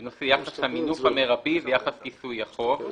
בנושא יחס המינוף המרבי ויחס כיסוי החוב ;